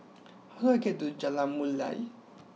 how do I get to Jalan Mulia